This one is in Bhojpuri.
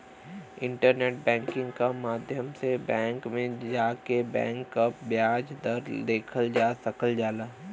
इंटरनेट बैंकिंग क माध्यम से बैंक में जाके बैंक क ब्याज दर देखल जा सकल जाला